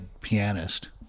pianist